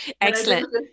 Excellent